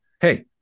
Hey